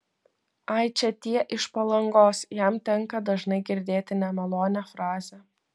ai čia tie iš palangos jam tenka dažnai girdėti nemalonią frazę